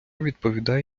відповідає